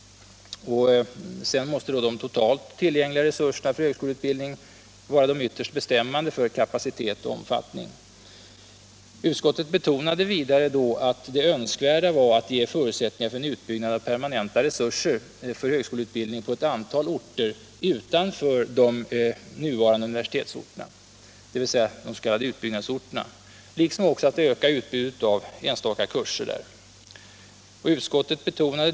Sedan måste de totalt tillgängliga resurserna för högskoleutbildning vara de ytterst bestämmande för kapacitet och omfattning. Utskottet betonade då vidare det önskvärda i att ge förutsättningar för en utbyggnad av permanenta resurser för högskoleutbildning på ett antal orter utanför de nuvarande universitetsorterna, dvs. på de s.k. utbyggnadsorterna, liksom också att utöka utbudet av enstaka kurser där.